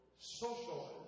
social